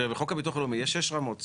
בחוק הביטוח הלאומי יש שש רמות סיעוד.